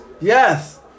Yes